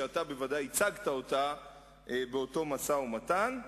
שאתה בוודאי ייצגת אותה באותו משא-ומתן.